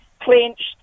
clenched